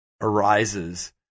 arises